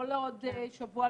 לא לעוד שבוע,